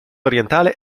orientale